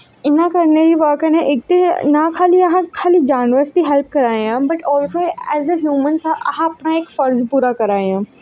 इ'यां करनें दी बजह् कन्नै इक ते नां अस खाल्ली जानवरें दी हैल्प करा ने आं but also as a human अस अपना इक फर्ज पूरा करा ने आँ